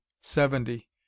seventy